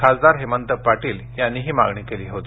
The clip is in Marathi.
खासदार हेमंत पाटील यांनी ही मागणी केली होती